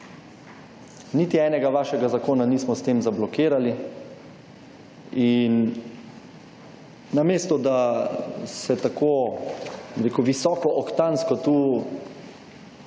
niti enega vašega zakona nismo s tem zablokirali. In namesto da se tako, bi rekel, visoko-oktansko tu